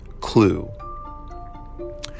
clue